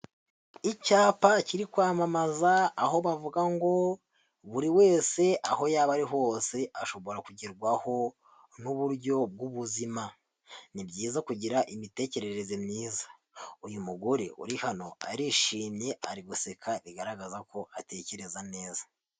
Icyapa kiri kwamamaza, aho bavuga ngo: "Buri wese aho yaba ari hose ashobora kugerwaho n'uburyo bw'ubuzima." Ni byiza kugira imitekerereze myiza, uyu mugore uri hano arishimye, ari guseka, bigaragaza ko atekereza neza.